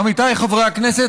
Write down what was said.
עמיתיי חברי הכנסת,